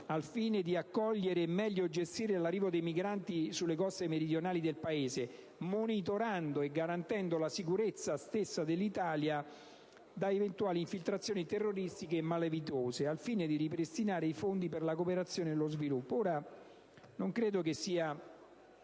al fine di accogliere e meglio gestire l'arrivo di migranti sulle coste meridionali del Paese, monitorando e garantendo la sicurezza stessa dell'Italia da eventuali infiltrazioni terroristiche e malavitose al fine di ripristinare i fondi per la cooperazione e lo sviluppo. Non credo sia